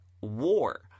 war